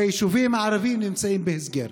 ביישובים הערביים נמצאים בהסגר.